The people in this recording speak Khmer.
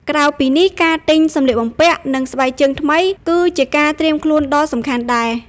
ក្រៅពីនេះ ការ ទិញសម្លៀកបំពាក់និងស្បែកជើងថ្មី ក៏ជាការត្រៀមខ្លួនដ៏សំខាន់ដែរ។